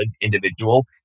individual